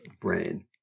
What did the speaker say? brain